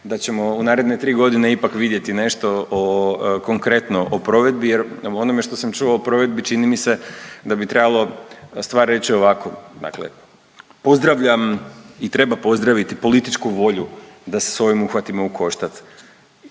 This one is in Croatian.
da ćemo u naredne 3.g. ipak vidjeti nešto o, konkretno o provedbi jer o onome što sam čuo o provedbi čini mi se da bi trebalo stvar reć ovako, dakle pozdravljam i treba pozdraviti političku volju da se s ovim uhvatimo u koštac